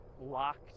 locked